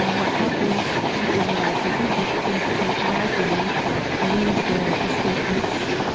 ah what happens to the israelites in egypt is that they gradually lose their distinctness,